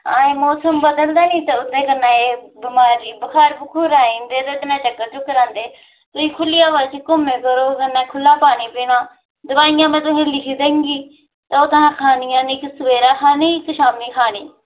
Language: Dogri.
ते मौसम बदलदे ना ते एह् ओह्दी बजह कन्नै बुखार आंदे ते चक्कर आंदे एह् इस खुल्ले मौसम च घूमो फिरो ते खरा पानी पीना ते दोआइयां लिखी दियां ते इक्क सबेरै खानी ते इक्क शामीं खानी